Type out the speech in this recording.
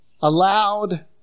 aloud